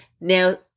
Now